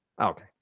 Okay